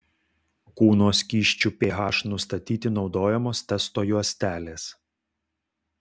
kūno skysčių ph nustatyti naudojamos testo juostelės